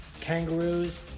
Kangaroos